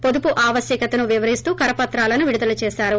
పొదుపు ఆవశ్వకతను వివరిస్తూ కరపత్రాలను విడుదల చేశారు